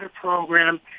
program